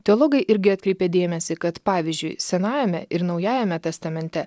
teologai irgi atkreipė dėmesį kad pavyzdžiui senajame ir naujajame testamente